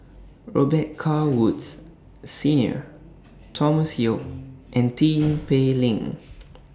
Robet Carr Woods Senior Thomas Yeo and Tin Pei Ling